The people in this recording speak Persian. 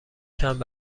چند